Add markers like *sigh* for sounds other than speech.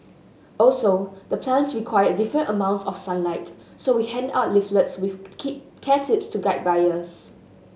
also the plants require different amounts of sunlight so we hand out leaflets with *unintelligible* care tips to guide buyers